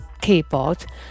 keyboard